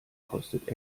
kostet